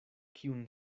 kiun